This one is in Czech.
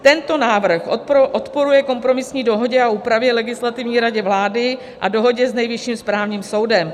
Tento návrh odporuje kompromisní dohodě a úpravě Legislativní rady vlády a dohodě s Nejvyšším správním soudem.